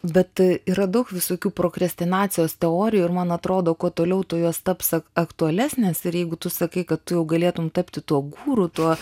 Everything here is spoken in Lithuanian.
bet yra daug visokių prokrestinacijos teorijų ir man atrodo kuo toliau tuo jos taps aktualesnės ir jeigu tu sakai kad tu jau galėtum tapti tuo guru tuo